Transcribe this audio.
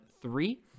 three